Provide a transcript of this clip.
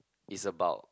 it's about